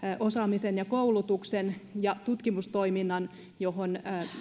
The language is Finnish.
osaamisen ja koulutuksen ja tutkimustoiminnan johon